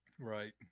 Right